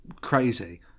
crazy